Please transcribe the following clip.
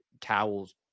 towels